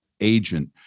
agent